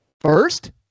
First